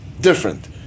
different